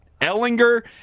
Ellinger